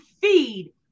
feed